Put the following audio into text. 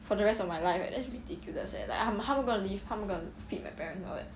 for the rest of my life eh that's ridiculous eh like um how are we gonna live how am I gonna feed my parents all that